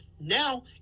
Now